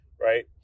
right